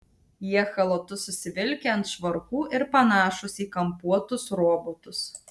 jie chalatus užsivilkę ant švarkų ir panašūs į kampuotus robotus